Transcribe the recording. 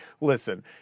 listen